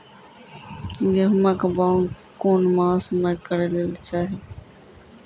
गेहूँमक बौग कून मांस मअ करै लेली चाही?